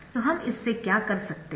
तो हम इससे क्या कर सकते है